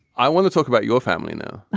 i want to talk about your family now,